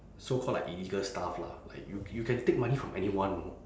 so called like illegal stuff lah like you you can take money from anyone know